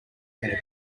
head